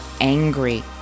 angry